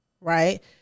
Right